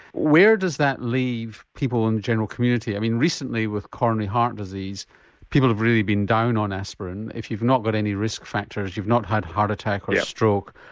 where does that leave people in the general community? i mean recently with coronary heart disease people have really been down on aspirin, if you've not got any risk factors, you've not had a heart attack or stroke,